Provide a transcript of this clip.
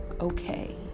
okay